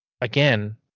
again